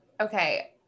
Okay